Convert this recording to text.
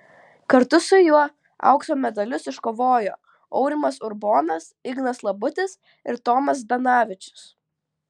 kartu su juo aukso medalius iškovojo aurimas urbonas ignas labutis ir tomas zdanavičius